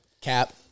Cap